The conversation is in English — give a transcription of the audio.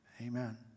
Amen